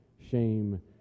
shame